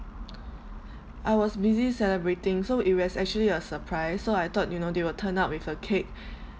I was busy celebrating so it was actually a surprise so I thought you know they will turn up with a cake